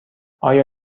آیا